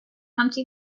humpty